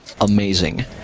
amazing